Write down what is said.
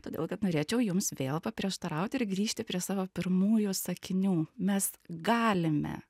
todėl kad norėčiau jums vėl paprieštarauti ir grįžti prie savo pirmųjų sakinių mes galime